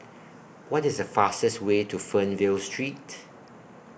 What IS The fastest Way to Fernvale Street